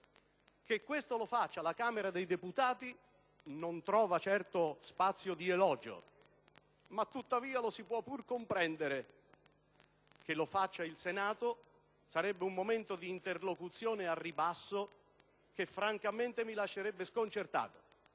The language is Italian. Che questo lo faccia la Camera dei deputati non trova certo spazio di elogio; tuttavia lo si può pur comprendere. Se però lo facesse il Senato sarebbe un momento di interlocuzione al ribasso che francamente mi lascerebbe sconcertato.